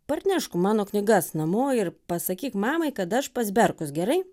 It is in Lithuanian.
parnešk mano knygas namo ir pasakyk mamai kad aš pas berkus gerai